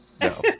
No